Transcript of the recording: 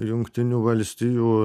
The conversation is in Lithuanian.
jungtinių valstijų